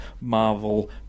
Marvel